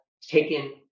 taken